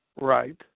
Right